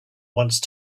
once